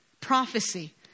prophecy